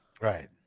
Right